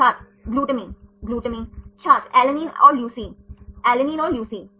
student glu glu student ala और leu alanine और leucine